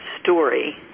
story